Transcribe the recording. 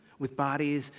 with bodies,